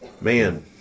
man